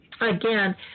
again